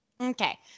Okay